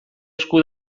esku